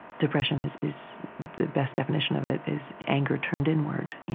depression is is the best definition of it is anger turned inward,